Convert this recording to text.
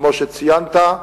כמו שציינת,